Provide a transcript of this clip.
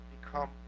become